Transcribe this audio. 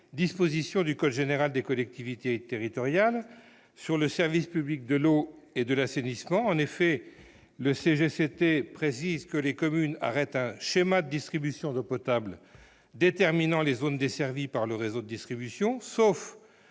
dispositions du code général des collectivités territoriales, le CGCT, sur le service public de l'eau et de l'assainissement. En effet, le CGCT précise que les communes arrêtent un schéma de distribution d'eau potable déterminant les zones desservies par le réseau de distribution.